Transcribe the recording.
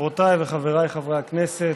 חברותיי וחבריי חברי הכנסת,